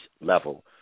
level